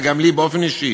וגם לי באופן אישי,